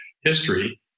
history